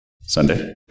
Sunday